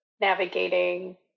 navigating